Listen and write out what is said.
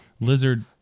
lizard